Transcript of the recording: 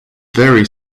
very